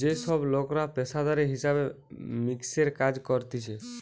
যে সব লোকরা পেশাদারি হিসাব মিক্সের কাজ করতিছে